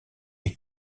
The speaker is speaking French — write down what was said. est